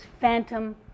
Phantom